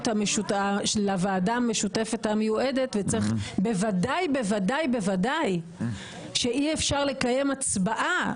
לוועדה המשותפת המיועדת ובוודאי בוודאי בוודאי שאי אפשר לקיים הצבעה